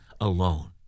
alone